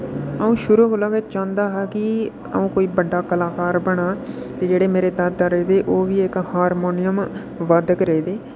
अ'ऊं शुरु कोला गै चाह्ंदा हा कि अ'ऊं कोई बड्डा कलाकार बनां ते मेरे जेह्ड़े दादा रेह् दे ओह् इक हारमोनियम बादक रेह् दे